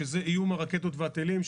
שזה איום הרקטות והטילים.